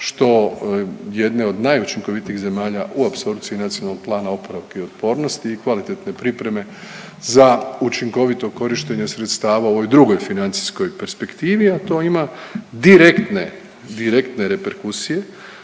što jedne od najučinkovitijih zemalja u apsorpciji NPOO-a i kvalitetne pripreme za učinkovito korištenje sredstava u ovoj drugoj financijskoj perspektivi, a to ima direktne, direktne